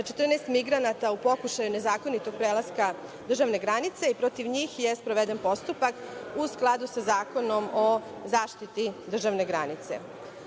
migranta u pokušaju nezakonitog prelaska državne granice. Protiv njih je sproveden postupak u skladu sa Zakonom o zaštiti državne granice. Oblast